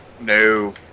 No